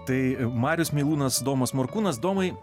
tai marius meilūnas domas morkūnas domai